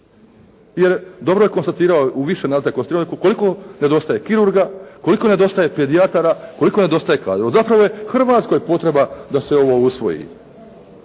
Jer dobro je konstatirao, u više navrata je konstatirano koliko nedostaje kirurga, koliko nedostaje pedijatara, koliko nedostaje kadrova. Zapravo je Hrvatskoj potreba da se ovo usvoji.